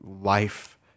life